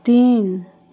तीन